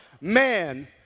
man